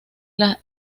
las